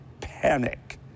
panic